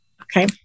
Okay